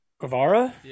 Guevara